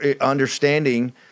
understanding